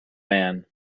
man